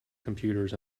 computers